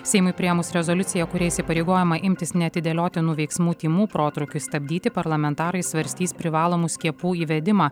seimui priėmus rezoliuciją kuria įsipareigojama imtis neatidėliotinų veiksmų tymų protrūkiui stabdyti parlamentarai svarstys privalomų skiepų įvedimą